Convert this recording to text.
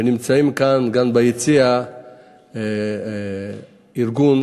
ונמצא כאן ביציע גם ארגון